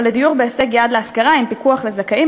או לדיור בהישג יד להשכרה עם פיקוח לזכאים,